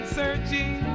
searching